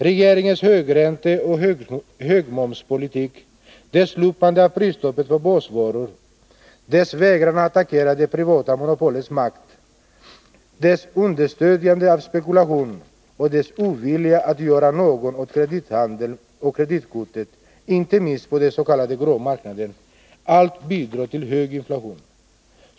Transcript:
Regeringens högränteoch högmomspolitik, dess slopande av prisstoppet på basvaror, dess vägran att attackera de privata monopolens makt, dess understödjande av spekulation och dess ovilja att göra något åt kredithandeln och kreditockret, inte minst på den s.k. grå marknaden, allt bidrar till hög inflation.